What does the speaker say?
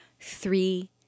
three